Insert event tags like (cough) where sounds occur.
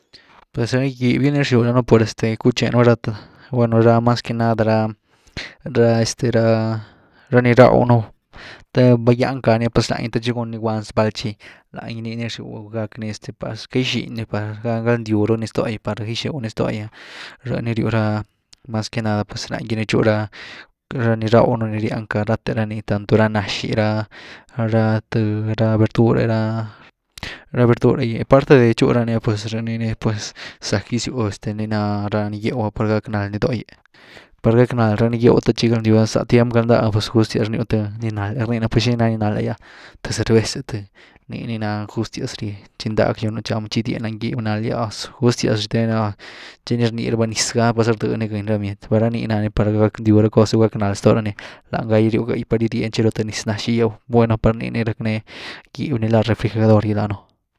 Pues ra gyb gy ni rxyw ni par este kuchenu ra, (unintelligible) nueno ra mas que nada ra- ra este ra (hesitation) ra ni rdaw un the val gyenka ni ah pues langy the txi guny guandval tchí langy, nii ni rxyw gackni par queity xiýni, par agaldyw runy ztogy, par gy xiywny ztogy, rhë ni ryw ra mas que nada pues langy ni tchu ra ni rdaw’nu ni riancká ráte ra ni riancka, tanto ra nax’y ra- ra th (hesitation) ra verdur’e ra, (hesitation) ra verdur’e gy, aparte de tchu ra ni pues raniini pues zack gysyw este ni gýew’ah par gack nal ni dóhgy, par gack nald ra ni gýew te tchi gygaldyw ni za tiemp gal-ndah pues gustyas ryew th ni nald’le rnii un pues ¿xini na ni nald’e gy ah?, th cervez’e th nii ni ná gustiaz rye txi ndaa ckayunu cham tchi gydyenï lany gýb-nald gy’ah, ¡azu!, gustyas riuten ¡áh!, tchi ni rnii raba, niz gá paza rdëdny gëny bmiety, ra nii nany par galdyw ra cos, gulá gack nald stoo rani, lany gagy ryw gëi par gydieny tche ni lo th niz nax’y gyéü, bueno par nii ni rackne gýb ni laa refrigerador gy danëen.